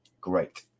great